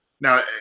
Now